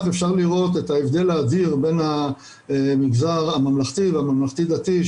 אפשר לראות את ההבדל האדיר בין המגזר הממלכתי והממלכתי דתי,